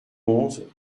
onze